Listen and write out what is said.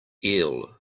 eel